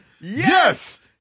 yes